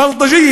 בלטג'יה,